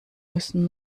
müssen